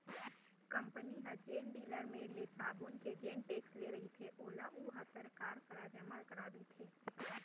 company ह जेन dealer मेर ले साबून के जेन टेक्स ले रहिथे ओला ओहा सरकार करा जमा करा देथे